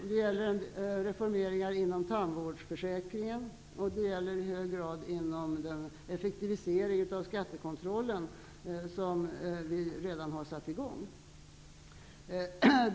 Det gäller reformeringar inom tandvårdsförsäkringen och det gäller i hög grad en effektivisering av skattekontrollen, som vi redan har satt i gång.